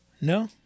no